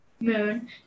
moon